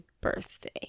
birthday